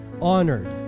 honored